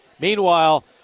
Meanwhile